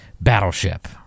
Battleship